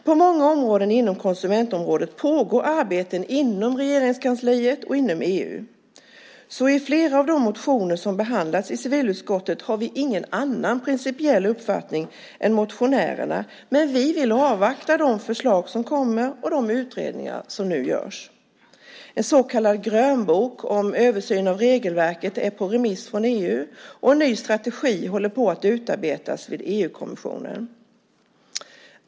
På många områden inom konsumentområdet pågår arbeten inom Regeringskansliet och inom EU. I fråga om flera av de motioner som behandlats i civilutskottet har vi ingen annan principiell uppfattning än motionärerna, men vi vill avvakta de förslag som kommer och de utredningar som nu görs. En så kallad grönbok om översyn av regelverket är på remiss från EU, och en ny strategi håller på att utarbetas vid EU-kommissionen.